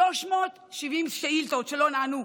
370 שאילתות שלא נענו.